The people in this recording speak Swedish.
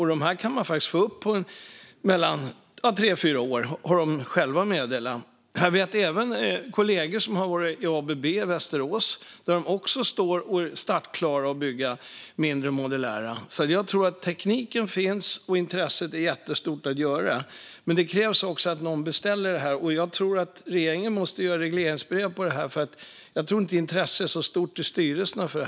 Man kan faktiskt få upp de här på tre fyra år, har tillverkarna själva meddelat. Jag vet kollegor som har varit på ABB i Västerås, där man också står startklar för att bygga mindre, modulära kärnkraftverk. Jag tror alltså att tekniken finns och att intresset för att göra det är jättestort. Men det krävs också att någon beställer. Jag tror att regeringen måste skriva regleringsbrev om detta, för jag tror inte att intresset är så stort i styrelserna.